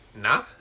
nah